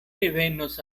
revenos